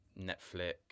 netflix